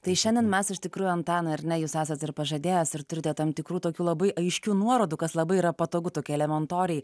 tai šiandien mes iš tikrųjų antanai ar ne jūs esat ir pažadėjęs ir turite tam tikrų tokių labai aiškių nuorodų kas labai yra patogu tokie elementoriai